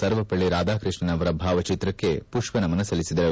ಸರ್ವಪಲ್ಲಿ ರಾಧಾಕೃಷ್ಣನ್ ಅವರ ಭಾವಚಿತ್ರಕ್ಕೆ ಮಷ್ಷನಮನ ಸಲ್ಲಿಸಿದರು